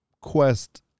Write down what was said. quest